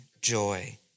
joy